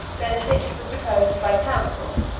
benedict was deposed by the council